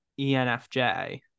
ENFJ